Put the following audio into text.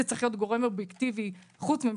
צריך להיות גורם אובייקטיבי חוץ-ממשלתי.